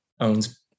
owns